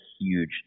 huge